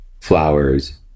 flowers